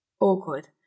awkward